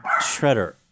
Shredder